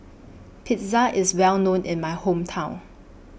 Pizza IS Well known in My Hometown